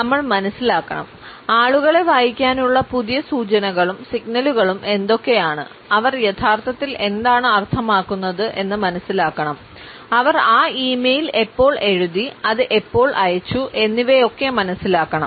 നമ്മൾ മനസ്സിലാക്കണം ആളുകളെ വായിക്കാനുള്ള പുതിയ സൂചനകളും സിഗ്നലുകളും എന്തൊക്കെയാണ് അവർ യഥാർത്ഥത്തിൽ എന്താണ് അർത്ഥമാക്കുന്നത് എന്ന് മനസ്സിലാക്കണം അവർ ആ ഇ മെയിൽ എപ്പോൾ എഴുതി അത് എപ്പോൾ അയച്ചു എന്നിവയൊക്കെ മനസ്സിലാക്കണം